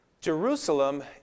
Jerusalem